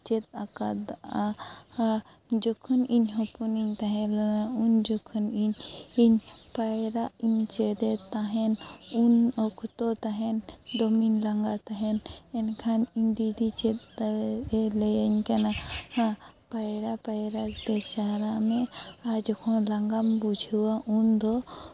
ᱪᱮᱫ ᱟᱠᱟᱫᱟ ᱡᱚᱠᱷᱚᱱ ᱤᱧ ᱦᱚᱯᱚᱱ ᱤᱧ ᱛᱟᱦᱮᱸ ᱞᱮᱱᱟ ᱩᱱ ᱡᱚᱠᱷᱚᱱ ᱤᱧ ᱯᱟᱭᱨᱟᱜ ᱤᱧ ᱪᱮᱫᱮᱜ ᱛᱟᱦᱮᱱ ᱩᱱ ᱚᱠᱛᱚ ᱛᱟᱦᱮᱱ ᱫᱚᱢᱮᱧ ᱞᱟᱸᱜᱟᱜ ᱛᱟᱦᱮᱸᱫ ᱮᱱᱠᱷᱟᱱ ᱤᱧ ᱫᱤᱫᱤ ᱪᱮᱫ ᱞᱟᱹᱭᱟᱹᱧ ᱠᱟᱱᱟ ᱯᱟᱭᱨᱟ ᱯᱟᱭᱨᱟ ᱛᱮ ᱪᱟᱞᱟᱜ ᱢᱮ ᱟᱨ ᱡᱚᱠᱷᱚᱱ ᱞᱟᱸᱜᱟᱢ ᱵᱩᱡᱷᱟᱹᱣᱟ ᱩᱱ ᱫᱚ